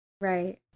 Right